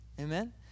Amen